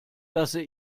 lasse